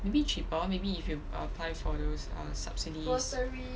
maybe cheaper maybe if you apply for those err subsidies